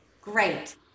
great